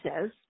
says